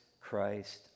Christ